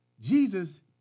Jesus